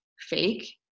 fake